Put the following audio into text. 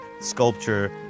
sculpture